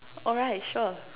alright sure